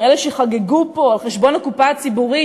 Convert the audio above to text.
עם אלה שחגגו פה על חשבון הקופה הציבורית,